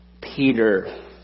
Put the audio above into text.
Peter